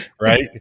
right